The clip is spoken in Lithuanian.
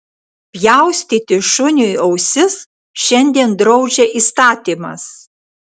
pjaustyti šuniui ausis šiandien draudžia įstatymas